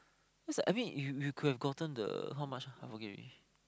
cause I mean you you could have gotten the how much I forget already